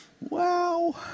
Wow